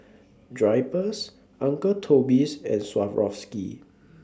Drypers Uncle Toby's and Swarovski